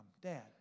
Dad